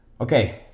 Okay